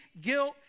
guilt